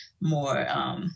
more